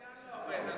גם המזגן לא עובד.